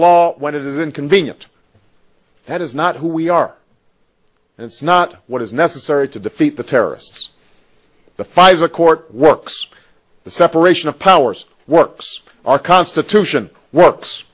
law when it is inconvenient that is not who we are that's not what is necessary to defeat the terrorists the pfizer court works the separation of powers works our constitution works